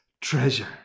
treasure